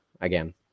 again